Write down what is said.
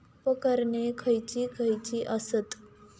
उपकरणे खैयची खैयची आसत?